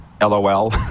LOL